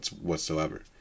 whatsoever